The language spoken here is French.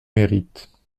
mérite